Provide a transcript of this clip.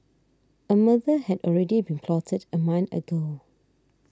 a murder had already been plotted a month ago